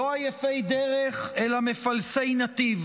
"לא עייפי דרך כי אם מפלסי נתיב"